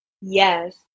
yes